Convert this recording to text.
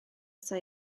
ata